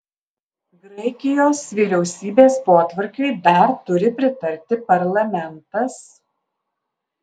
graikijos vyriausybės potvarkiui dar turi pritarti parlamentas